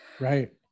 Right